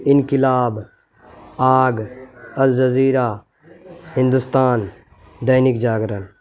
Inquilab Aag Al Jazeera Hindustan Dainik Jagran